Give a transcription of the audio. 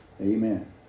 Amen